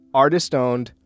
artist-owned